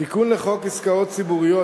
תיקון לחוק עסקאות גופים ציבוריים,